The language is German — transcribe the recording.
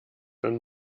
wenn